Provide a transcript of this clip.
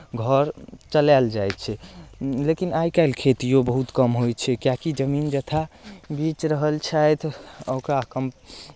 घर चलायल जाइ छै लेकिन आइ काल्हि खेतिओ बहुत कम होइ छै किएकि जमीन जथा बेचि रहल छथि ओकरा कम